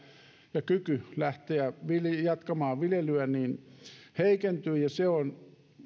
ja kyky lähteä jatkamaan viljelyä heikentyy ja se on